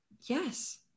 Yes